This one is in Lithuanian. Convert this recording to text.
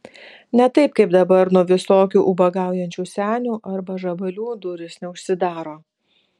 ne taip kaip dabar nuo visokių ubagaujančių senių arba žabalių durys neužsidaro